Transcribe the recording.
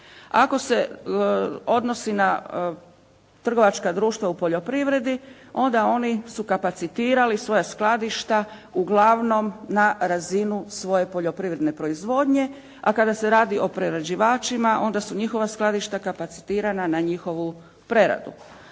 Ako se odnosi na trgovačka društva u poljoprivredi onda oni su kapacitirali svoja skladišta uglavnom na razinu svoje poljoprivredne proizvodnje, a kada se radi o proizvođačima onda su njihova skladišta kapacitirana na njihovu preradu.